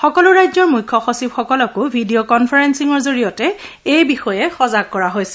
সকলো ৰাজ্যৰ মুখ্য সচিবসকলকো ভিডিঅ' কনফাৰেপিঙৰ জৰিয়তে এই বিষয়ে সজাগ কৰা হৈছে